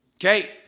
Okay